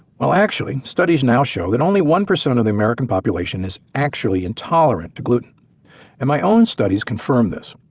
well, actually studies now show that only one percent of the american population is actually intolerant to gluten and my own studies confirm this.